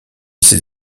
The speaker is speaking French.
ses